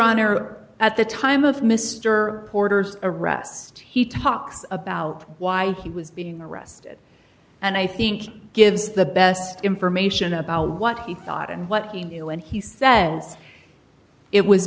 honor at the time of mr porter's arrest he talks about why he was being arrested and i think gives the best information about what he thought and what he knew and he says it was